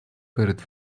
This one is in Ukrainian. перед